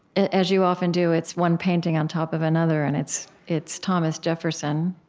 as you often do, it's one painting on top of another. and it's it's thomas jefferson,